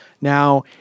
Now